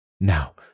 Now